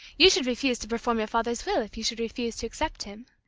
you should refuse to perform your father's will, if you should refuse to accept him.